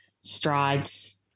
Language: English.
strides